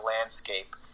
landscape